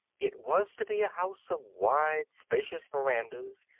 it was to be a house of wide, spacious verandas,